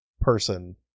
person